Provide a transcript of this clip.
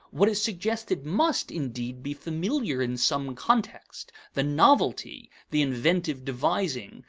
what is suggested must, indeed, be familiar in some context the novelty, the inventive devising,